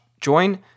Join